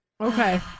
Okay